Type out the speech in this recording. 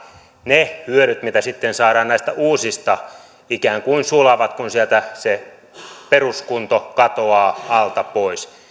ne hyödyt mitä sitten saadaan näistä uusista ikään kuin sulavat kun sieltä se peruskunto katoaa alta pois